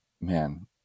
Man